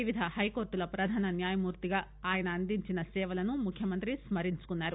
వివిధ హైకోర్టుల ప్రధాన న్యాయమూర్తిగా ఆయన అందించిన సేవలను ముఖ్యమంత్రి స్కరించుకున్నారు